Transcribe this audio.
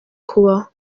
kubaho